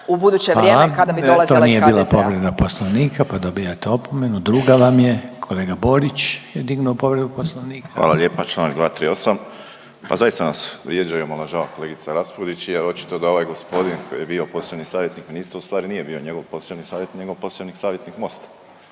Hvala./… vrijeme, kada bi dolazila iz HDZ-a. **Reiner, Željko (HDZ)** To nije bila povreda Poslovnika pa dobivate opomenu. Druga vam je. Kolega Borić je dignuo povredu Poslovnika. **Borić, Josip (HDZ)** Hvala lijepa. Čl. 238. Pa zaista nas vrijeđa i omalovažava kolegica Raspudić jer očito da ovaj gospodin koji je bio posebni savjetnik ministra u stvari nije bio njegov posebni savjetnik, nego posebni savjetnik Mosta.